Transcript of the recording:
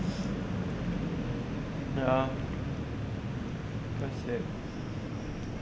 ya that's it